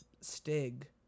Stig